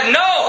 no